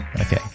okay